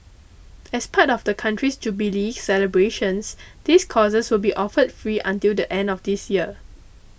as part of the country's jubilee celebrations these courses will be offered free until the end of this year